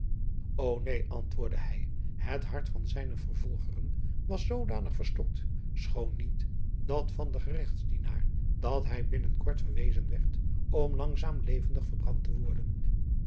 o een antwoordde hij het hart van zijne vervolgeren was zoodanig verstokt schoon niet dat van de geregtsdienaar dat hij binnen kort verwezen werd om langzaam levendig verbrand te worden